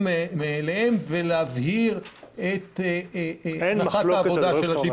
מאליהם ולהבהיר את הנחת העבודה של השוויון.